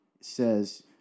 says